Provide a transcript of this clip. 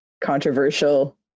controversial